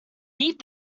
eat